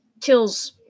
kills